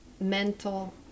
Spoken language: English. mental